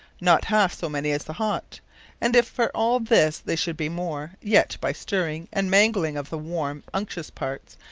not halfe so many as the hot and if for all this they should be more, yet by stirring, and mangling of the warme unctuous parts,